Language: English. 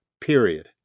period